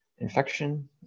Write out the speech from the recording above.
Infection